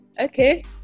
okay